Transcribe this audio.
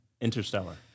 Interstellar